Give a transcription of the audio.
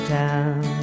town